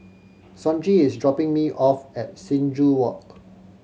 Sonji is dropping me off at Sing Joo Walk